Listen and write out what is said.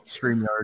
StreamYard